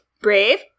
brave